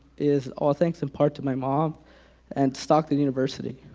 is all thanks in part to my mom and to stockton university.